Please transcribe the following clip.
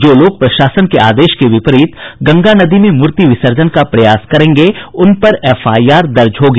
जो लोग प्रशासन के आदेश के विपरीत गंगा नदी में मूर्ति विसर्जन का प्रयास करेंगे उन पर एफ आई आर दर्ज होगा